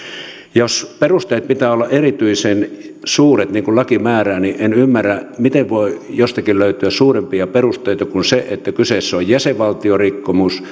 jos perusteiden pitää olla erityisen suuret niin kuin laki määrää niin en ymmärrä miten voi jostakin löytyä suurempia perusteita kuin se että kyseessä on jäsenvaltiorikkomus